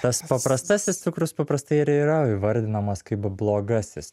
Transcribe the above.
tas paprastasis cukrus paprastai ir yra įvardinamas kaip blogasis